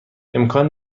امکان